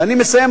ואני מסיים,